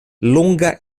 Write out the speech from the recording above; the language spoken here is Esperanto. longa